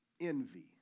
envy